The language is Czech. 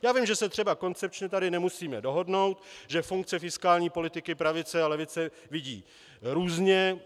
Já vím, že se třeba koncepčně tady nemusíme dohodnout, že funkce fiskální politiky pravice a levice vidí různě.